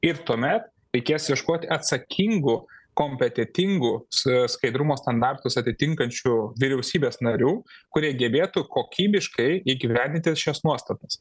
ir tuomet reikės ieškoti atsakingų kompetetingų s skaidrumo standartus atitinkančių vyriausybės narių kurie gebėtų kokybiškai įgyvendinti šias nuostatas